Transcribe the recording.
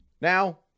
Now